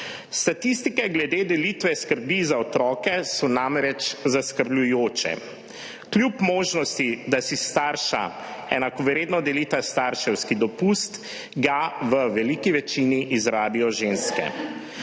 Statistike glede delitve skrbi za otroke so namreč zaskrbljujoče. Kljub možnosti, da si starša enakovredno delita starševski dopust, ga v veliki večini izrabijo ženske.